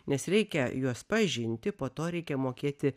nes reikia juos pažinti po to reikia mokėti